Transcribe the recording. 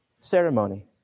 ceremony